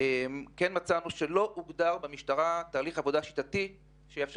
מצאנו שלא הוגדר במשטרה תהליך עבודה שיטתי שיאפר